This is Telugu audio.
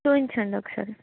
చూపించండి ఒకసారి